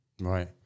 right